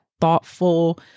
thoughtful